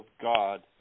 God